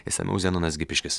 išsamių zenonas gipiškis